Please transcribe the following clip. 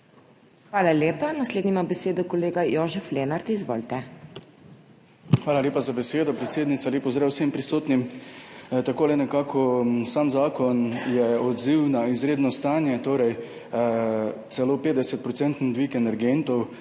Hvala lepa. Naslednji ima besedo kolega Jožef Lenart. Izvolite. JOŽEF LENART (PS SDS): Hvala lepa za besedo, predsednica. Lep pozdrav vsem prisotnim! Takole nekako – sam zakon je odziv na izredno stanje, celo 50 % dvig energentov,